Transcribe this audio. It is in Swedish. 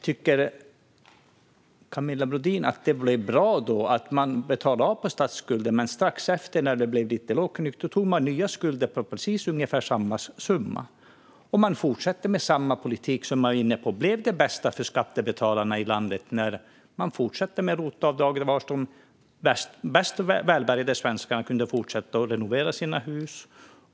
Tycker hon att det blev bra då man betalade av på statsskulden men strax därefter, när det blev lågkonjunktur, tog lån och fick nya skulder på ungefär samma summa? Man fortsatte med samma politik. Blev detta det bästa för skattebetalarna i landet? Man fortsatte med ROT-avdrag, och de mest välbärgade svenskarna kunde fortsätta renovera sina hus.